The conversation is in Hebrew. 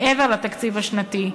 מעבר לתקציב השנתי,